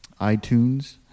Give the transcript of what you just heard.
iTunes